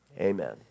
amen